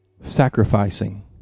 sacrificing